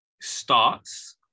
starts